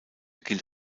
gilt